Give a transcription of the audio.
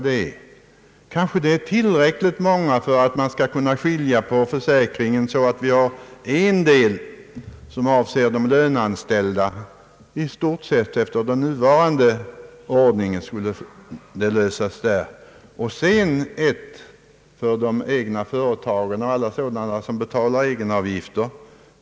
Det är kanske tillräckligt många för att man skall kunna dela upp försäkringen och få en del som avser de löneanställda med bibehållande av den nuvarande ordningen och en del för företagarna och sådana som betalar egenavgifter.